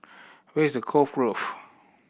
where is Cove Grove